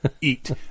eat